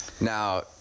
Now